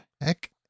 heck